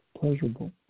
pleasurable